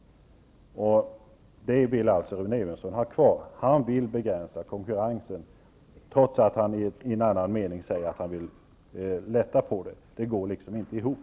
Rune Evensson vill alltså ha kvar den här begränsningsmöjligheten. Han vill begränsa konkurrensen, trots att han i nästa mening säger att han vill ha lättnader. Det resonemanget går inte riktigt ihop.